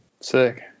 Sick